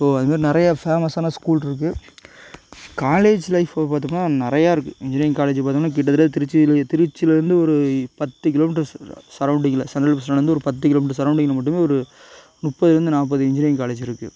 so அது மாதிரி நிறையா ஃபேமஸான ஸ்கூல் இருக்கு காலேஜ் லைஃபை பார்த்தோம்னா நிறையா இருக்கு இன்ஜினியரிங் காலேஜ் பார்த்தோம்னா கிட்டத்தட்ட திருச்சியில் திருச்சிலேருந்து ஒரு பத்து கிலோமீட்டர்ஸ் சரௌண்டிங்கில சென்ட்ரல் பஸ்ஸ்டாண்ட்லேருந்து ஒரு பத்து கிலோமீட்டர்ஸ் சரௌண்டிங்கில மட்டுமே ஒரு முப்பதுலேருந்து நாற்பது இன்ஜினியரிங் காலேஜ் இருக்கு